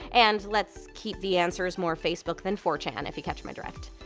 and let's keep the answers more facebook than four chan if you catch my drift.